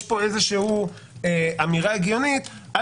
יש פה איזושהי אמירה הגיונית שאומרת אל